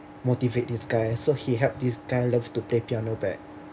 motivate this guy so she helped this guy love to play piano back